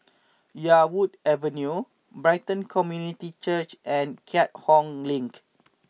Yarwood Avenue Brighton Community Church and Keat Hong Link